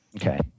Okay